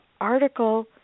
article